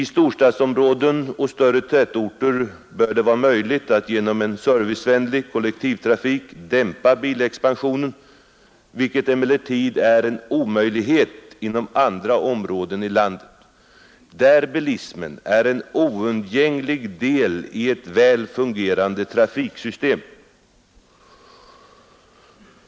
I storstadsområden och större tätorter bör det vara möjligt att genom en servicevänlig kollektivtrafik dämpa bilexpansionen, vilket emellertid är en omöjlighet inom andra områden i landet där bilismen är en oundgänglig del i ett väl fungerande trafiksystem.